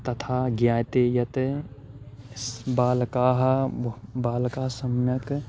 तथा ज्ञायते यत् सः बालकाः बालकाः सम्यक्